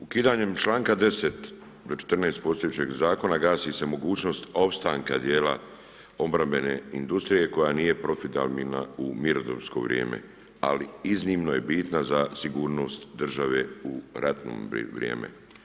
Ukidanjem čl. 10. i 14. postojećeg zakona, gasi se mogućnost opstanka dijela obrambene industrije, koja nije profitabilna u mirodovsko vrijeme, ali iznimno je bitna za sigurnost države u ratno vrijeme.